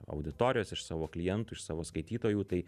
auditorijos iš savo klientų iš savo skaitytojų tai